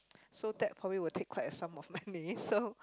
so that probably will take quite a sum of money so